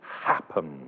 happen